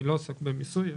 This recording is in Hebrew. אני לא עוסק במיסוי.